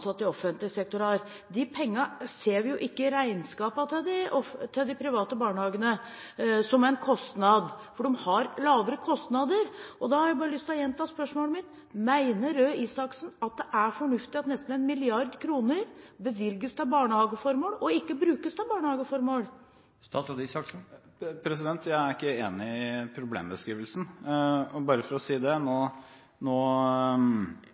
i offentlig sektor har. De pengene ser vi jo ikke i regnskapene til de private barnehagene som en kostnad, for de har lavere kostnader. Da har jeg bare lyst til å gjenta spørsmålet mitt: Mener Røe Isaksen at det er fornuftig at nesten 1 mrd. kr bevilges til barnehageformål og ikke brukes til barnehageformål? Jeg er ikke enig i problembeskrivelsen. Bare for å si det: